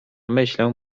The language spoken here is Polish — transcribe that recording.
myślę